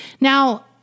Now